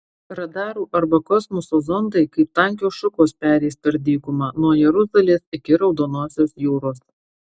radarų arba kosmoso zondai kaip tankios šukos pereis per dykumą nuo jeruzalės iki raudonosios jūros